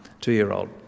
two-year-old